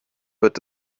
wird